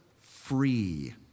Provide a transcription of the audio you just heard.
free